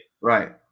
Right